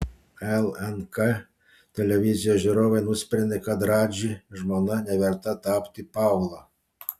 lnk televizijos žiūrovai nusprendė kad radži žmona neverta tapti paula